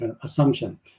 assumption